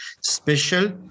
special